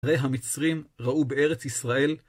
הרי המצרים ראו בארץ ישראל